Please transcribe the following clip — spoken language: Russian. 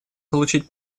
получить